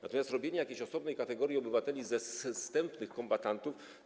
Natomiast robienie jakiejś osobnej kategorii obywateli ze zstępnych kombatantów.